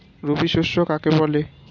রবি শস্য কাকে বলে?